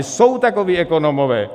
Jsou takoví ekonomové.